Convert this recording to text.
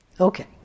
Okay